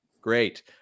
great